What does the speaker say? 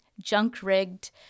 junk-rigged